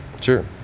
Sure